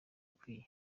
ukwiye